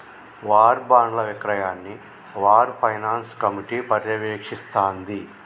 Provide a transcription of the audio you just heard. war బాండ్ల విక్రయాన్ని war finance committee పర్యవేక్షిస్తాంది